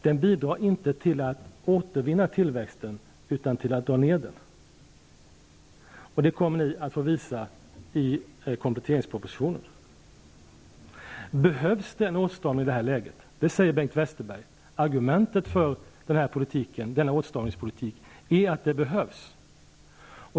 Den bidrar inte till att återvinna tillväxten utan till att dra ned den, och det kommer ni att få visa i kompletteringspropositionen. Behövs det en åtstramning i detta läge? Det säger Bengt Westerberg. Argumentet för denna åtstramningspolitik är att den behövs.